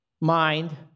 Mind